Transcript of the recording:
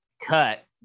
cut